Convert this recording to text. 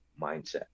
mindset